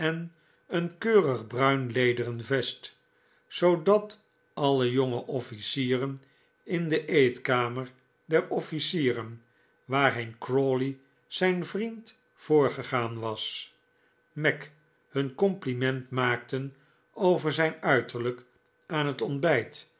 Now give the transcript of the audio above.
een keurig bruinlederen vest zoodat alle jonge offlcieren in de eetkamer der ofhcieren waarheen crawley zijn vriend voorgegaan was mac hun compliment maakten over zijn uiterlijk aan het ontbijt